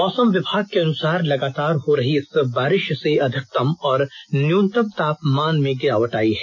मौसम विभाग के अनुसार लगातार हो रही इस बारिष से अधिकतम और न्यूनतम तापमान में गिरावट आयी है